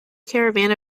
caravan